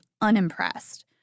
unimpressed